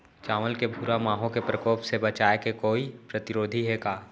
चांवल के भूरा माहो के प्रकोप से बचाये के कोई प्रतिरोधी हे का?